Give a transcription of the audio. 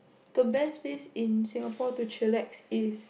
the best place in Singapore to chillax is